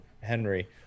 Henry